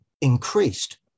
increased